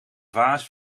vaas